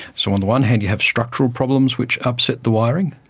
so on the one hand you have structural problems which upset the wiring,